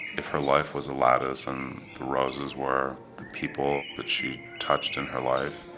if her life was a lattice and the roses were the people that she touched in her life.